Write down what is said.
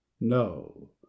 No